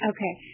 Okay